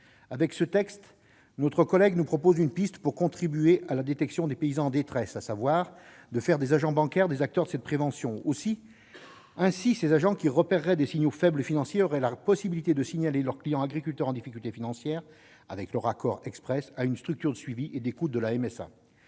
Avec ce texte, notre collègue nous propose une piste pour contribuer à la détection des paysans en détresse : faire des agents bancaires des acteurs de cette prévention. Ainsi, ces agents qui repéreraient des signaux faibles financiers auraient la possibilité de signaler leurs clients agriculteurs en difficulté financière, avec leur accord exprès, à une structure de suivi et d'écoute de la MSA.